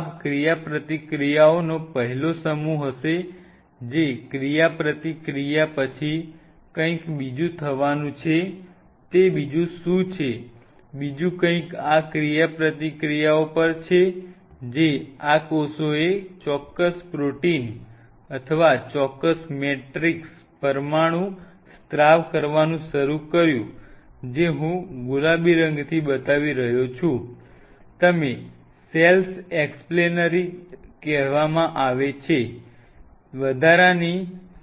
આ ક્રિયાપ્રતિક્રિયાઓનો પહેલો સમૂહ હશે જે ક્રિયાપ્રતિક્રિયા પછી કંઈક બીજું થવાનું છે તે બીજું શું છે બીજું કંઈક આ ક્રિયાપ્રતિક્રિયાઓ પર છે જે આ કોષોએ ચોક્કસ પ્રોટીન અથવા ચોક્કસ મેટ્રિક્સ પરમાણુ સ્ત્રાવ કરવાનું શરૂ કર્યું જે હું ગુલાબી રંગ બતાવી રહ્યો છું તેને શેલ્ફ એક્સ્પ્લેન રી કહેવામાં આવે છે વધારાની